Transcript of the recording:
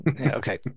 Okay